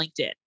LinkedIn